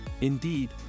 Indeed